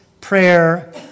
prayer